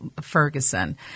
Ferguson